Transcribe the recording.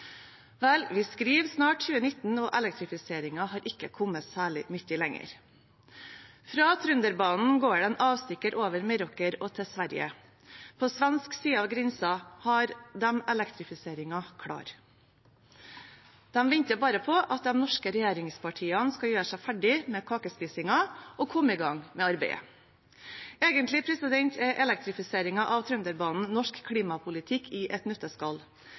Vel, vi skriver snart 2019, og elektrifiseringen har ikke kommet særlig mye lenger. Fra Trønderbanen går det en avstikker over Meråker og til Sverige. På svensk side av grensen har de elektrifiseringen klar. De venter bare på at de norske regjeringspartiene skal gjøre seg ferdig med kakespisingen og komme i gang med arbeidet. Egentlig er elektrifiseringen av Trønderbanen norsk klimapolitikk i et